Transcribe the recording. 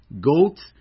goats